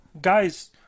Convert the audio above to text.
guys